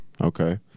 Okay